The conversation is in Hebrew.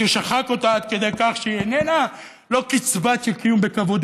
ששחק אותה עד כדי כך שהיא לא קצבה של קיום בכבוד,